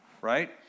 right